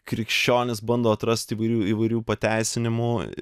krikščionys bando atrasti įvairių įvairių pateisinimų